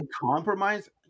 compromise